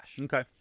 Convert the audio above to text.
Okay